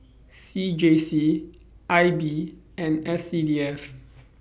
C J C I B and S C D F